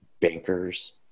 bankers